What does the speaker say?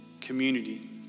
community